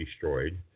destroyed